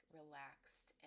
relaxed